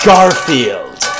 Garfield